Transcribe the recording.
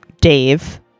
Dave